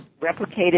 replicated